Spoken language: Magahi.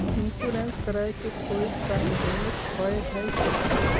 इंश्योरेंस कराए के कोई टाइम लिमिट होय है की?